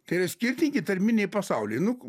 tai yra skirtingi tarminiai pasauliai nu k